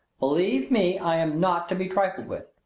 believe me, i am not to be trifled with.